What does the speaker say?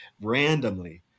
randomly